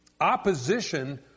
opposition